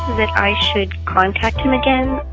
that i should contact him again.